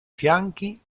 fianchi